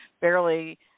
barely